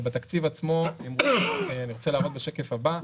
ובתקציב עצמו אני רוצה להראות בשקף הבא.